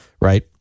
right